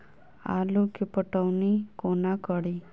आलु केँ पटौनी कोना कड़ी?